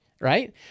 right